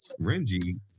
Renji